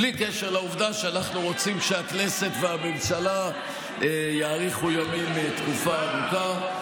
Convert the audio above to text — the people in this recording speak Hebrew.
בלי קשר לעובדה שאנחנו רוצים שהכנסת והממשלה יאריכו ימים תקופה ארוכה.